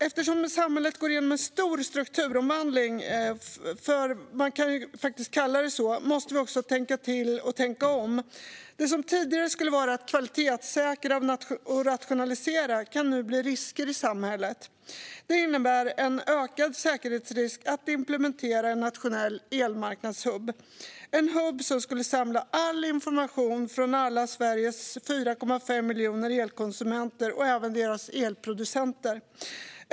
Eftersom samhället genomgår en stor strukturomvandling - det kan faktiskt kallas så - måste vi också tänka till och tänka om. Det som tidigare skulle vara kvalitetssäkrat och rationaliserat kan nu bli risker i samhället. Det innebär en ökad säkerhetsrisk att implementera en nationell elmarknadshubb. Det är en hubb som skulle samla all information från alla Sveriges 4,5 miljoner elkonsumenter och även deras elproducenter.